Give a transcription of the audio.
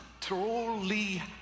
truly